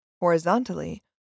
horizontally